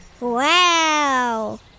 Wow